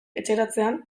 etxeratzean